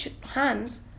hands